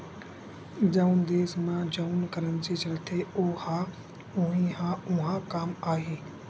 जउन देस म जउन करेंसी चलथे ओ ह उहीं ह उहाँ काम आही